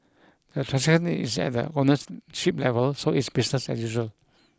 the transaction is at the ownership level so it's business as usual